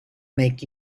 make